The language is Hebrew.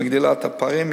שמגדילה את הפערים.